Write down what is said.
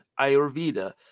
Ayurveda